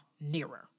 nearer